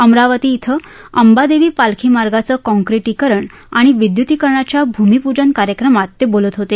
अमरावती इथं अंबादेवी पालखी मार्गाचं काँक्रीटीकरण आणि विद्युतीकरणाच्या भूमिपूजन कार्यक्रमाप्रसंगी ते बोलत होते